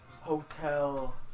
hotel